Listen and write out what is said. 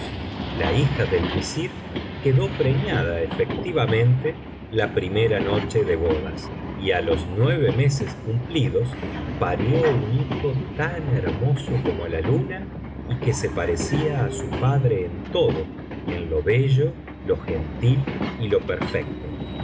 la hija del visir quedó preñada efectivamente la primera noche de bodas y á los nueve meses cumplidos parió un hijo tan hermoso como la luna y que se parecía á su padre en todo en lo bello lo gentil y lo perfecto